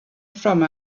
from